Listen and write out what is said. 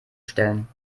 stellen